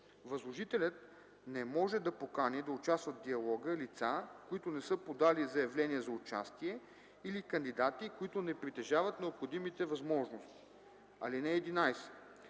Възложителят не може да покани да участват в диалога лица, които не са подали заявление за участие, или кандидати, които не притежават необходимите възможности. (11)